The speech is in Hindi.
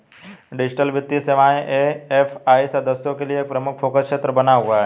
डिजिटल वित्तीय सेवाएं ए.एफ.आई सदस्यों के लिए एक प्रमुख फोकस क्षेत्र बना हुआ है